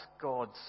God's